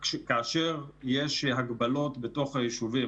כאשר יש הגבלות בתוך הישובים,